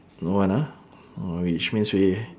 no one ah orh which means we